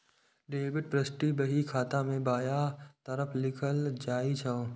debit प्रवृष्टि बही खाता मे बायां तरफ लिखल जाइ छै